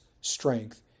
strength